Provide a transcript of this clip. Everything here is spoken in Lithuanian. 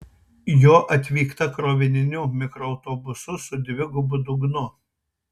jo atvykta krovininiu mikroautobusu su dvigubu dugnu